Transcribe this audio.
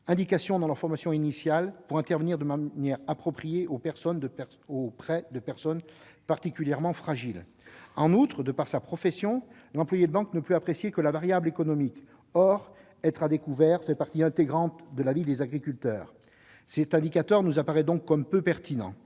indication dans leur formation initiale pour intervenir de manière appropriée auprès de personnes particulièrement fragiles. En outre, de par sa profession, l'employé de banque ne peut apprécier que la variable économique. Or être à découvert fait partie intégrante de la vie des agriculteurs ! Cet indicateur nous apparaît donc comme peu pertinent.